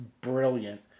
brilliant